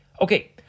Okay